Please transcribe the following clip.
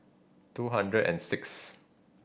two hundred and sixth